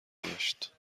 داشت